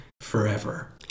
forever